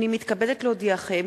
הנני מתכבדת להודיעכם,